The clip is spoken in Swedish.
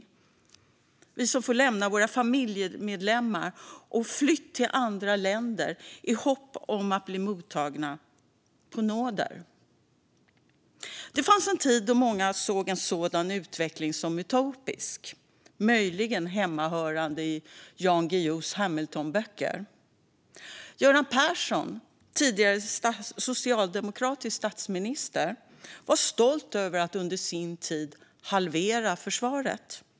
Tänk om det hade varit vi som fått lämna våra familjemedlemmar och fly till andra länder, i hopp om att bli mottagna på nåder. Det fanns en tid då många såg en sådan utveckling som otänkbar, möjligen hemmahörande i Jan Guillous Hamiltonböcker. Göran Persson, tidigare socialdemokratisk statsminister, var stolt över att under sin tid halvera försvaret.